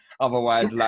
Otherwise